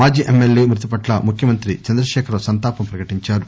మాజీ ఎమ్మెల్యే మ ృతి పట్ల ముఖ్యమంతి చంద్రదశేఖర్రావు సంతాపం పకటించారు